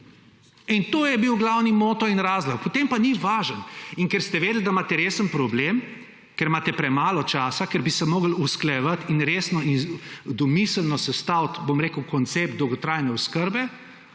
In to je bil glavni moto in razlog, potem pa ni važno. Ker ste vedeli, da imate resen problem, ker imate premalo časa, ker bi se morali usklajevati in resno in domiselno sestaviti, bom rekel, koncept dolgotrajne oskrbe,